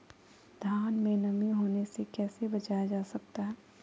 धान में नमी होने से कैसे बचाया जा सकता है?